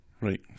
Right